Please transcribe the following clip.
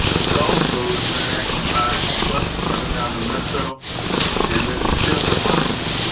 it's also interacted by buses coming out of the metro and it's just a bottleneck.